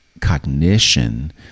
cognition